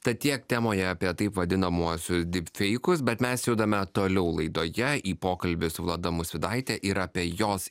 tad tiek temoje apie taip vadinamuosius dyp feikus bet mes judame toliau laidoje į pokalbius su vlada musvydaite ir apie jos